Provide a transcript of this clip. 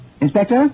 Inspector